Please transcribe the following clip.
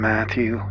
Matthew